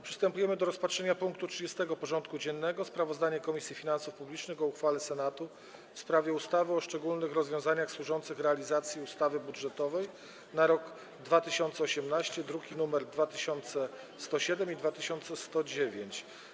Przystępujemy do rozpatrzenia punktu 30. porządku dziennego: Sprawozdanie Komisji Finansów Publicznych o uchwale Senatu w sprawie ustawy o szczególnych rozwiązaniach służących realizacji ustawy budżetowej na rok 2018 (druki nr 2107 i 2109)